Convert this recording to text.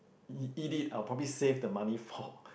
eat eat it I'll probably save the money for